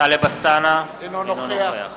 טלב אלסאנע, אינו נוכח